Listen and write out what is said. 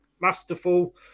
masterful